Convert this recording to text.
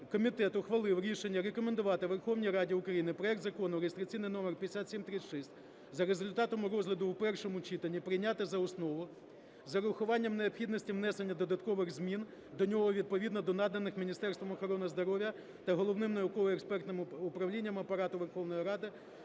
комітет ухвалив рішення рекомендувати Верховній Раді України проект Закону реєстраційний номер 5736 за результатом розгляду у першому читанні прийняти за основу з урахуванням необхідності внесення додаткових змін до нього відповідно до наданих Міністерством охорони здоров'я та Головним науково-експертним управлінням Апарату Верховної Ради